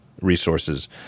resources